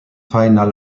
final